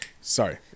Sorry